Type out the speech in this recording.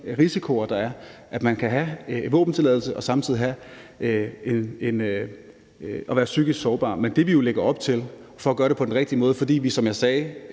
risikoer, der er, altså at man kan have en våbentilladelse og samtidig være psykisk sårbar. Men det, vi jo lægger op til, er at gøre det på den rigtige måde, fordi vi, som jeg tror